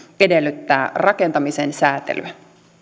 edellyttää rakentamisen säätelyä